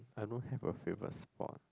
I don't have a favourite sport